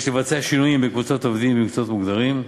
יש לבצע שינויים בקבוצת עובדים ומקצועות מוגדרים.